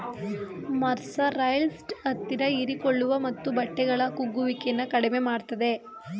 mercerised ಹತ್ತಿ ಹೀರಿಕೊಳ್ಳುವ ಮತ್ತು ಬಟ್ಟೆಗಳ ಕುಗ್ಗುವಿಕೆನ ಕಡಿಮೆ ಮಾಡ್ತದೆ